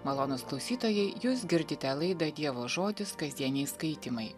malonūs klausytojai jūs girdite laidą dievo žodis kasdieniai skaitymai